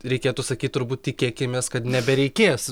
reikėtų sakyt turbūt tikėkimės kad nebereikės